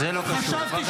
זה לא קשור, בבקשה.